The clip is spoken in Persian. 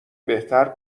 بهتر